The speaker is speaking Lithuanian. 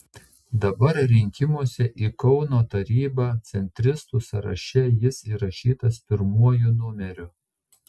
dabar rinkimuose į kauno tarybą centristų sąraše jis įrašytas pirmuoju numeriu